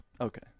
Okay